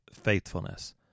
faithfulness